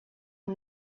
who